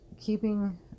keeping